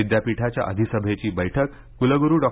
विद्यापीठाच्या अधिसभेची बैठक कुलगुरू डॉ